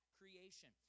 creation